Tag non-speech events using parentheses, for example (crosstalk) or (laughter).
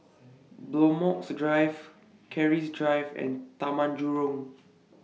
Bloxhome Drive Keris Drive and Taman Jurong (noise)